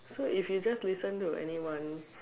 so if you just listen to anyone